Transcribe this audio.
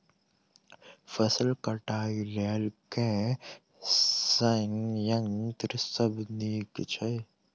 फसल कटाई लेल केँ संयंत्र सब नीक छै?